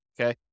okay